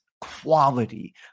quality